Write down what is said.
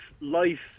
life